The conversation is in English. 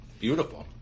Beautiful